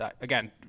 Again